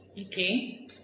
Okay